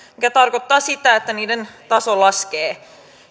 mikä tarkoittaa sitä että niiden taso laskee